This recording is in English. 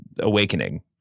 awakening